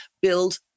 Build